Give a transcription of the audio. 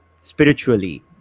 spiritually